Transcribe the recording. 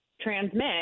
transmit